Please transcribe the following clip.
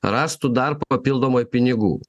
rastų dar papildomai pinigų